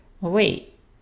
wait